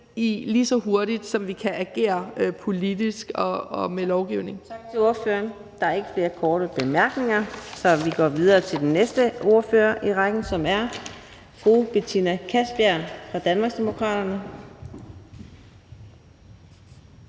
lige så hurtigt, som vi kan agere politisk og med lovgivning.